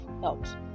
helps